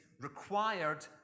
required